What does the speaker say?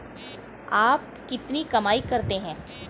आप कितनी कमाई करते हैं?